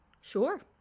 Sure